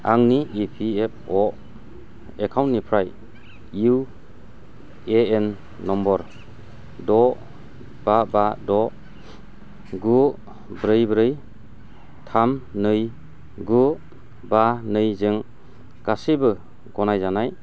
आंनि इपिएफअ' एकाउन्टनिफ्राय इउएएन नम्बर द' बा बा द' गु ब्रै ब्रै थाम नै गु बा नैजों गासिबो गनायजानाय